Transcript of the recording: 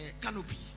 canopy